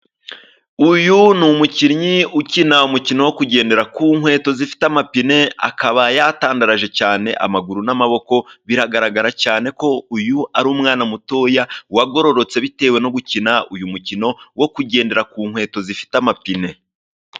Uyu ni umukinnyi ukina umukino wo kugendera ku nkweto zifite amapine akaba yatandaraje cyane amaguru n'amaboko. Biragaragara cyane ko uyu ari umwana mutoya wagororotse, bitewe no gukina uyu mukino wo kugendera ku nkweto zifite amapine.